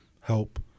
help